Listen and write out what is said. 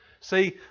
See